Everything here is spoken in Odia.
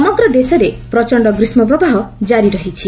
ସମଗ୍ର ଦେଶରେ ପ୍ରଚଣ୍ଡ ଗ୍ରୀଷ୍କପ୍ରବାହ କାରି ରହିଛି